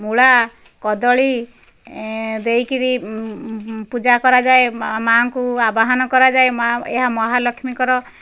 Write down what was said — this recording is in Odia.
ମୂଳା କଦଳୀ ଏ ଦେଇକରି ପୂଜା କରାଯାଏ ଏ ମା'ଙ୍କୁ ଆବାହନ କରାଯାଏ ମା' ଏହା ମହାଲକ୍ଷ୍ମୀଙ୍କର